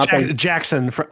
Jackson